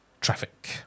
traffic